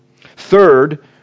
Third